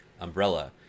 umbrella